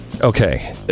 Okay